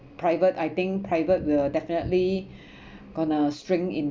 private I think private will definitely gonna shrink in